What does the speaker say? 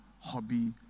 Hobby